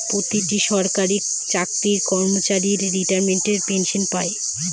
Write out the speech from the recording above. প্রতিটি সরকারি চাকরির কর্মচারী রিটায়ারমেন্ট পেনসন পাই